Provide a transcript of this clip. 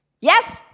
Yes